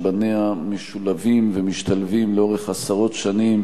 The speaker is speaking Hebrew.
שבניה משולבים ומשתלבים לאורך עשרות שנים